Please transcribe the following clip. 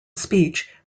speech